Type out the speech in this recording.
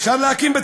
מה אתם עושים?